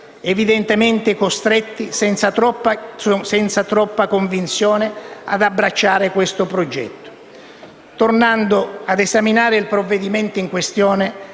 evidentemente costretti senza troppa convinzione ad abbracciare questo progetto. Tornando ad esaminare il provvedimento in questione,